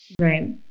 Right